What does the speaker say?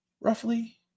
Roughly